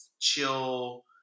chill